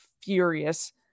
furious